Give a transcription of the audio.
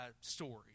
story